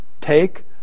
take